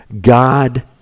God